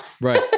Right